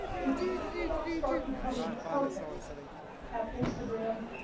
if you do not start becoming perfect at instagram,